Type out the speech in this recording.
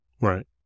right